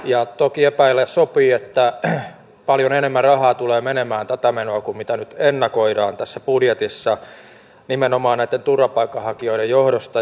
ja toki epäillä sopii että paljon enemmän rahaa tulee menemään tätä menoa kuin mitä nyt ennakoidaan tässä budjetissa nimenomaan näitten turvapaikanhakijoiden johdosta